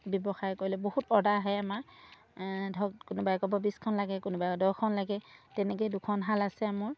ব্যৱসায় কৰিলে বহুত অৰ্দাৰ আহে আমাৰ ধৰক কোনোবাই ক'ব বিছখন লাগে কোনোবাই আকৌ দহখন লাগে তেনেকৈয়ে দুখন শাল আছে মোৰ